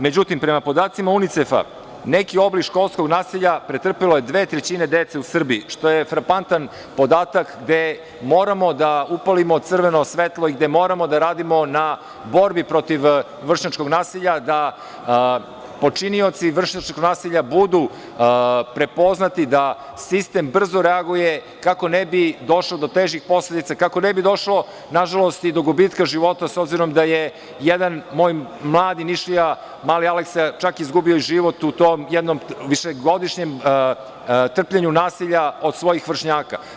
Međutim, prema podacima UNICEF–a, neki oblik školskog nasilja pretrpelo je dve trećine dece u Srbiji, što je frapantan podatak gde moramo da upalimo crveno svetlo i gde moramo da radimo na borbi protiv vršnjačkog nasilja, da počinioci vršnjačkog nasilja budu prepoznati, da sistem brzo reaguje kako ne bi došlo do težih posledica, kako ne bi došlo do gubitka života, s obzirom da je jedan moj mladi Nišlija, mali Aleksa, čak izgubio život u tom jednom višegodišnjem trpljenju nasilja od svojih vršnjaka.